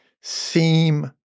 seem